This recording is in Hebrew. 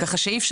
הוא כותב